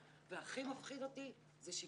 זה טוב.